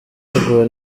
cyateguwe